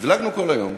הבלגנו כל היום.